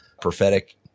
prophetic